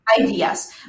ideas